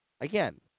Again